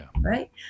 right